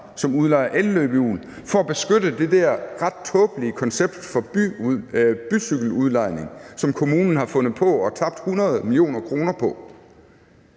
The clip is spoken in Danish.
som udlejer elløbehjul for at beskytte det der ret tåbelige koncept for bycykeludlejning, som kommunen har fundet på og har tabt 100 mio. kr. på.